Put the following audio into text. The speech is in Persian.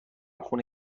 خونه